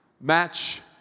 match